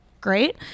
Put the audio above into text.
great